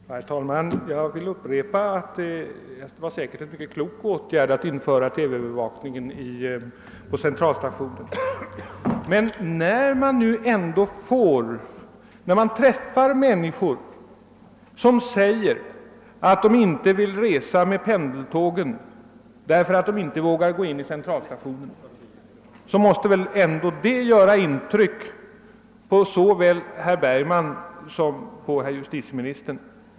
Herr talman! Jag vill upprepa att det säkert var en mycket klok åtgärd att införa TV-övervakning på Centralstationen, men när man träffar människor som säger att de inte vill resa med pendeltågen därför att de inte vågar gå in på Centralstationen, måste det väl även göra intryck på såväl herr Bergman som justitieministern.